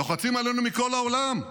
לוחצים עלינו מכל העולם.